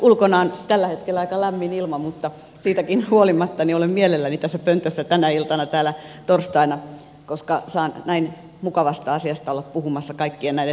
ulkona on tällä hetkellä aika lämmin ilma mutta siitäkin huolimatta olen mielelläni tässä pöntössä tänä iltana tänä torstaina koska saan näin mukavasta asiasta olla puhumassa kaikkien näiden vuosien jälkeen